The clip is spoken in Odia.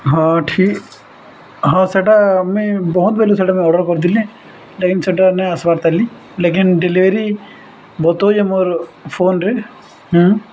ହଁ ଠିକ୍ ହଁ ସେଟା ମୁଇଁ ବହୁତ ବେଲୁ ସେଟା ମୁଇଁ ଅର୍ଡ଼ର୍ କରିଥିଲି ଲେକିନ୍ ସେଟା ନେଇଁ ଆସବାର ତାଲି ଲେକିନ୍ ଡେଲିଭରି ବତଉଚି ଯେ ମୋର ଫୋନ୍ରେ